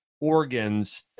organs